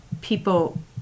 people